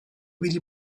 wedi